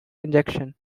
injection